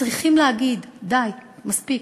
וצריכים להגיד: די, מספיק.